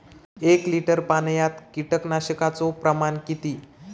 एक लिटर पाणयात कीटकनाशकाचो प्रमाण किती?